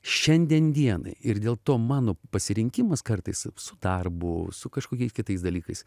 šiandien dienai ir dėl to mano pasirinkimas kartais su darbu su kažkokiais kitais dalykais